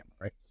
right